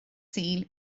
sul